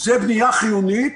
זו בנייה חיונית,